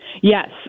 Yes